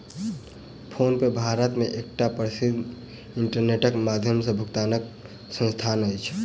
PhonePe Bharat मे एकटा प्रसिद्ध इंटरनेटक माध्यम सॅ भुगतानक संस्थान अछि